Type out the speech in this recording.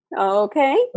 Okay